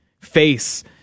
face